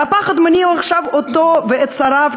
והפחד עכשיו מניע אותו ואת שריו,